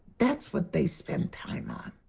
that's what they spent time on.